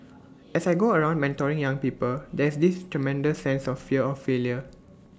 as I go around mentoring young people there's this tremendous sense of fear of failure